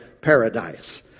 paradise